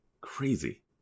crazy